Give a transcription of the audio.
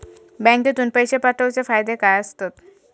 बँकेतून पैशे पाठवूचे फायदे काय असतत?